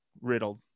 riddled